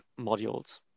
modules